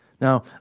Now